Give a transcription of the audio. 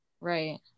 Right